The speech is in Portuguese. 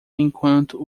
enquanto